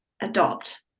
adopt